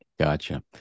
Gotcha